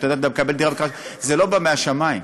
זה לא בא מהשמים.